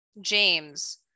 James